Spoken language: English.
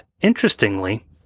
Interestingly